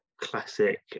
classic